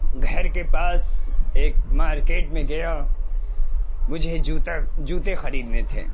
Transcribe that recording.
گھر کے پاس ایک مارکیٹ میں گیا مجھے جوتا جوتے خریدنے تھے